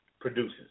produces